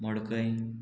मडकय